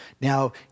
Now